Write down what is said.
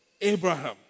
Abraham